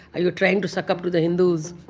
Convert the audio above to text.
are you trying to suck up to the hindus?